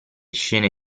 scene